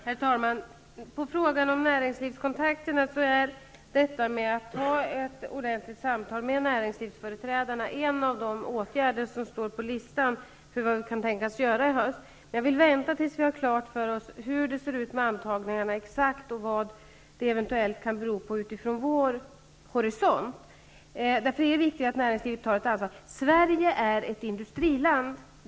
Herr talman! På frågan om näringslivskontakterna vill jag svara, att detta med att ha ett ordentligt samtal med näringslivsföreträdarna är en av de åtgärder som står på listan över vad vi kan tänkas göra i höst. Men jag vill vänta tills vi har klart för oss hur det exakt ser ut med antagningarna och vad det eventuellt kan betyda, från vår horisont. Det är viktigt att näringslivet tar ett ansvar. Sverige är ett industriland.